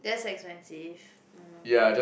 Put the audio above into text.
that's expensive oh no